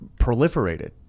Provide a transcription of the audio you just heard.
proliferated